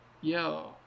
Yo